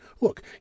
look